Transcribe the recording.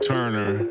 Turner